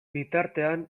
bitartean